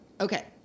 Okay